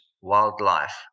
wildlife